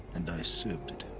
and i served